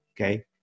Okay